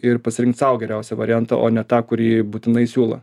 ir pasirinkt sau geriausią variantą o ne tą kurį būtinai siūlo